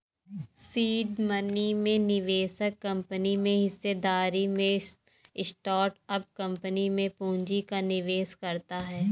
seed money में निवेशक company में हिस्सेदारी में स्टार्टअप कंपनी में पूंजी का निवेश करता है